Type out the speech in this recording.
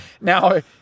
Now